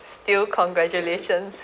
still congratulations